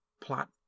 plot